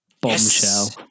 Bombshell